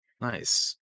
Nice